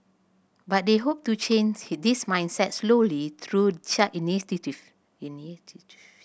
but they hope to change this mindset slowly through such